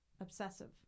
obsessive